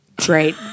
great